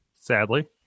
Sadly